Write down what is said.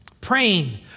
praying